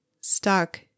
stuck